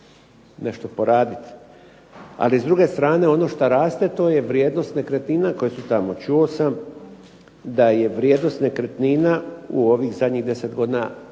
nešto poradit. Ali s druge strane, ono šta raste to je vrijednost nekretnina koje su tamo. Čuo sam da je vrijednost nekretnina u ovih zadnjih 10 godina